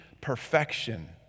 perfection